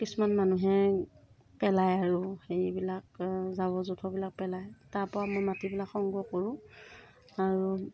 কিছুমান মানুহে পেলায় আৰু সেইবিলাক জাবৰ জোথৰবিলাক পেলায় তাৰ পৰাও মই মাটিবিলাক সংগ্ৰহ কৰোঁ আৰু